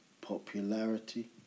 popularity